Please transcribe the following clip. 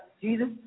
Jesus